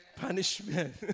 punishment